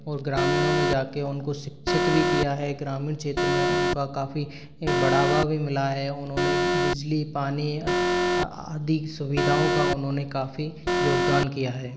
और ग्रामीणों में जाके उनको शिक्षित भी किया है ग्रामीण क्षेत्र में उनका काफ़ी बढ़ावा भी मिला है उन्होंने बिजली पानी आदि सुविधाओं का उन्होंने काफ़ी योगदान किया है